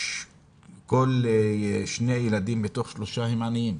כל שני ילדים מתוך שלושה הם עניים.